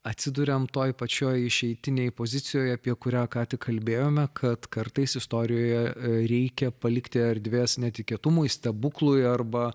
atsiduriam toj pačioj išeitinėj pozicijoj apie kurią ką tik kalbėjome kad kartais istorijoje reikia palikti erdvės netikėtumui stebuklui arba